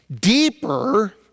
Deeper